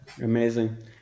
amazing